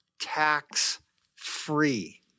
tax-free